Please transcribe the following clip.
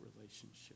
relationship